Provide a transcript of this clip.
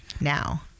now